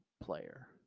player